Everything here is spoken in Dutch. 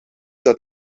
dat